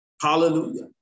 Hallelujah